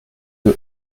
who